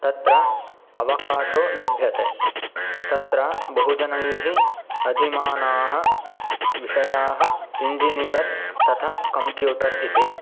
तत्र अवकाशो लभ्यते तत्र बहुजनैः अधीयमानाः विषयाः इञ्जिनियर् तथा कम्प्यूटर् इति